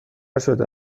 شده